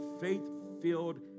faith-filled